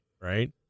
right